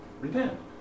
repent